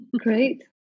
Great